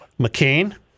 McCain